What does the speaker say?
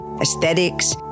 aesthetics